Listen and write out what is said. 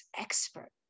expert